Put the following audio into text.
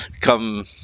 come